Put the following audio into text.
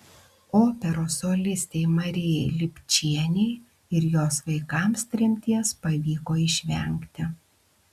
operos solistei marijai lipčienei ir jos vaikams tremties pavyko išvengti